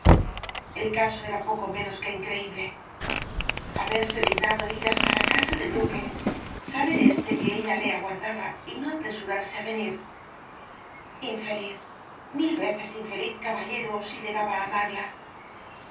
el caso era poco menos que increíble haberse dignado ir hasta la casa del duque saber éste que ella le aguardaba y no apresurarse á venir infeliz mil veces infeliz caballero si llegaba á amarla